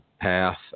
Path